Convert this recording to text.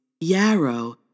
Yarrow